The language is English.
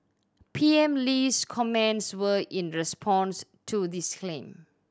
P M Lee's comments were in response to this claim